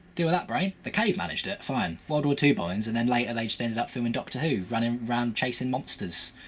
deal with that, brain! the cave managed it fine. world war ii bombings, and then later they just ended up filming doctor who, running around chasing monsters.